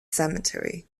cemetery